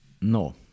No